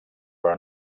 però